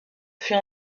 fut